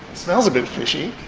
smells a bit fishy.